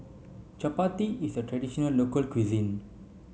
Chapati is a traditional local cuisine